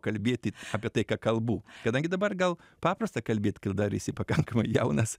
kalbėti apie tai ką kalbu kadangi dabar gal paprasta kalbėt kai dar esi pakankamai jaunas